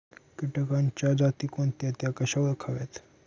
किटकांच्या जाती कोणत्या? त्या कशा ओळखाव्यात?